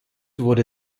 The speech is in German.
wurde